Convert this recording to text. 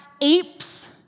apes